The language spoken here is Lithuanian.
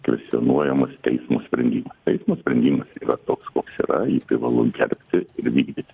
kvestionuojamas teismo sprendimas teismo sprendimas yra toks koks yra jį privalu gerbti ir vykdyti